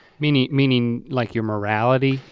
meaning meaning like your morality?